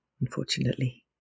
unfortunately